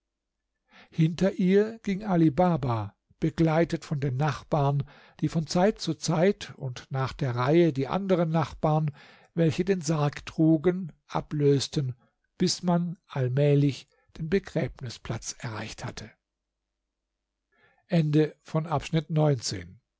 hinter ihr ging ali baba begleitet von den nachbarn die von zeit zu zeit und nach der reihe die anderen nachbarn welche den sarg trugen ablösten bis man allmählich den begräbnisplatz erreicht hatte